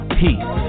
peace